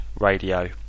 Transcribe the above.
radio